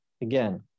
again